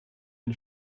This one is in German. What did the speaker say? den